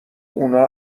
اونا